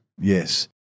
Yes